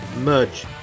merge